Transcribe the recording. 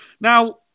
Now